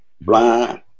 blind